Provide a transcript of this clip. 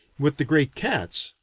with the great cats,